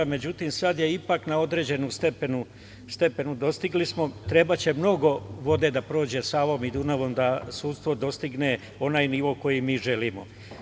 Međutim, sada je ipak na određenom stepenu, dostigli smo, trebaće mnogo vode da prođe Savom i Dunavom da sudstvo dostigne onaj nivo koji želimo.